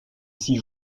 six